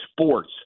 sports